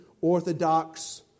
orthodox